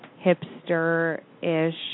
hipster-ish